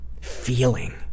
feeling